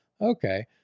Okay